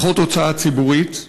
פחות הוצאה ציבורית,